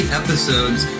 episodes